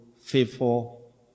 faithful